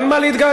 אין מה להתגעגע,